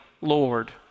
Lord